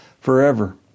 forever